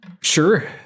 Sure